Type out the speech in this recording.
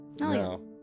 No